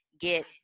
get